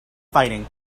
fighting